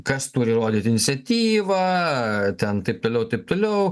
kas turi rodyt iniciatyvą ten taip toliau taip toliau